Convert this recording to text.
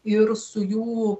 ir su jų